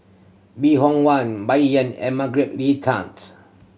Bong Hiong Hwa Bai Yan and Margaret Leng Tanz